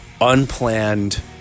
unplanned